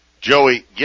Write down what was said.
Joey